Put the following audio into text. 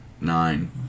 Nine